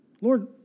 Lord